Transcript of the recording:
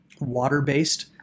water-based